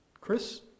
Chris